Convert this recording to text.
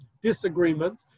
disagreement